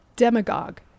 Demagogue